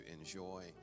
enjoy